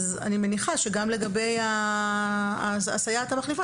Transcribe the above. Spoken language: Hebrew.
אני מניחה שגם לגבי הסייעת המחליפה,